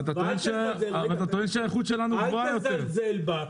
אל תזלזל בה,